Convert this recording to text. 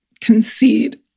concede